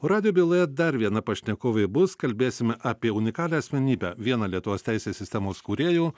radijo byloje dar viena pašnekovė bus kalbėsime apie unikalią asmenybę vieną lietuvos teisės sistemos kūrėjų